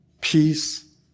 peace